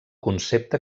concepte